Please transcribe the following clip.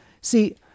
See